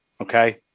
Okay